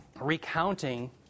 recounting